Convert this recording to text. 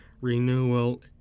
renewal